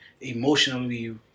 emotionally